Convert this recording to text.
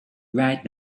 right